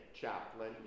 chaplain